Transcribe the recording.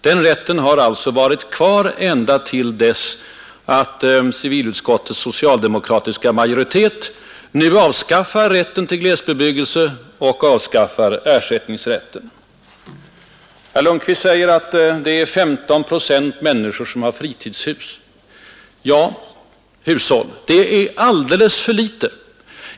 Den rätten har alltså funnits kvar ända till nu då civilutskottets socialdemokratiska majoritet avskaffar den och också avskaffar ersättningsrätten. Herr Lundkvist uppger att 15 procent av hushållen har fritidshus. Ja, det är alldeles för litet.